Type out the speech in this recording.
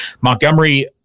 Montgomery